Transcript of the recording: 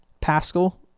Pascal